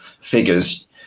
figures